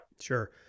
Sure